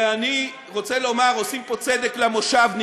ואני רוצה לומר: עושים פה צדק למושבניקים,